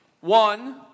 one